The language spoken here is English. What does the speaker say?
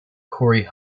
corry